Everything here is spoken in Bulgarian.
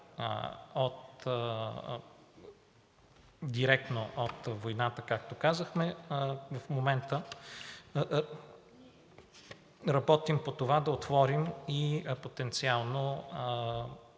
директно от войната, както казахме, в момента работим по това да отворим и потенциално